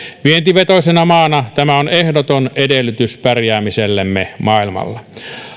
vientivetoisena maana tämä on ehdoton edellytys pärjäämisellemme maailmalla